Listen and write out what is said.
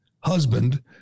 husband